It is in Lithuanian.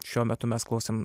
šiuo metu mes klausėm